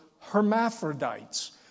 hermaphrodites